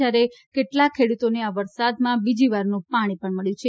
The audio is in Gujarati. જ્યારે કેટલાંક ખેડૂતોને આ વરસાદમાં બીજીવારનું પાણી પણ મબ્યું છે